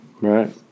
right